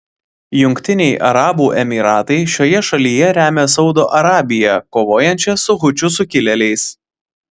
jungtiniai arabų emyratai šioje šalyje remia saudo arabiją kovojančią su hučių sukilėliais